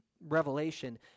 Revelation